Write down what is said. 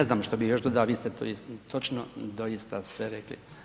Ne znam što bih još dodao, vi ste to točno doista sve rekli.